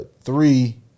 three